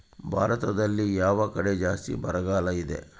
ಭಾರತದಲ್ಲಿ ಯಾವ ಕಡೆ ಜಾಸ್ತಿ ಬರಗಾಲ ಇದೆ?